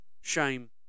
shame